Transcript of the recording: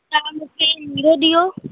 त मूंखे नीरो ॾियो